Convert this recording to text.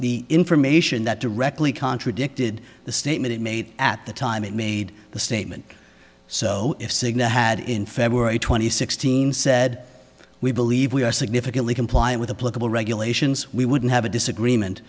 the information that directly contradicted the statement made at the time it made the statement so if cigna had in february twenty sixth seen said we believe we are significantly complying with a political regulations we wouldn't have a disagreement